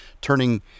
turning